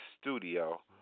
studio